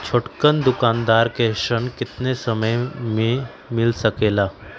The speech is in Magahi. छोटकन दुकानदार के ऋण कितने समय मे मिल सकेला?